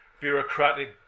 bureaucratic